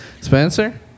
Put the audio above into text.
Spencer